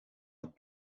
het